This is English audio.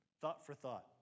Thought-for-thought